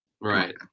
Right